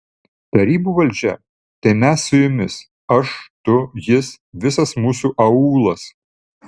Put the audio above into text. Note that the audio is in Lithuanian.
tarybų valdžia tai mes su jumis aš tu jis visas mūsų aūlas